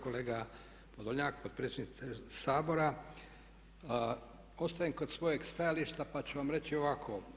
Kolega Podolnjak, potpredsjedniče Sabora ostajem kod svojeg stajališta pa ću vam reći ovako.